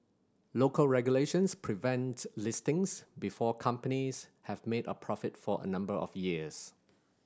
local regulations prevent listings before companies have made a profit for a number of years